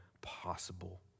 possible